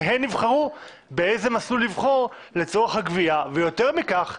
שהן יבחרו באיזה מסלול לבחור לצורך הגבייה; ויותר מכך,